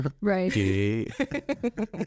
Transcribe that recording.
Right